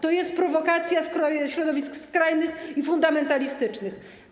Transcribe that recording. To jest prowokacja środowisk skrajnych i fundamentalistycznych.